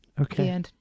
Okay